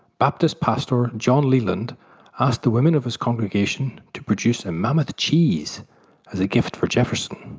baptist pastor john leland asked the women of his congregation to produce a mammoth cheese as a gift for jefferson.